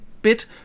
bit